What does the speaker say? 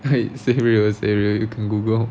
wait say real say real you can google